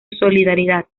solidaridad